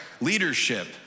Leadership